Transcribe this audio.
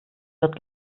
wird